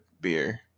beer